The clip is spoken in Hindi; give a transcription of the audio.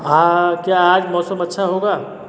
क्या आज मौसम अच्छा होगा